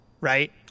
right